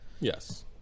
yes